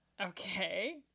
Okay